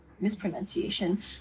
mispronunciation